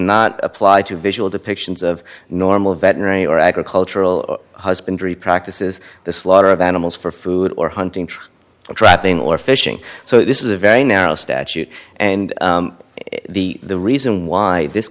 not apply to visual depictions of normal veterinary or agricultural husbandry practices the slaughter of animals for food or hunting trapping or fishing so this is a very narrow statute and the reason why this